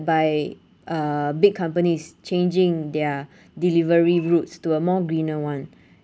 by uh big companies changing their delivery routes to a more greener one